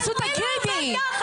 פשוט תגידי את זה.